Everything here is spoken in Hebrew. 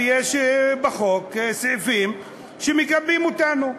ויש בחוק סעיפים שמגבים אותנו.